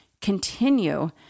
continue